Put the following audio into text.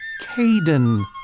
Caden